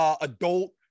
adult